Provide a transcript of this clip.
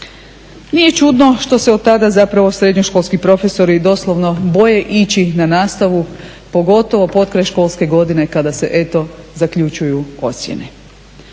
Nije ni čudno što se od tada srednjoškolski profesori doslovno boje ići na nastavu pogotovo potkraj školske godine kada se zaključuju ocjene.